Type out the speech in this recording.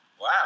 Wow